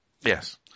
Yes